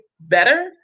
better